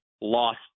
lost